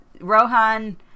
Rohan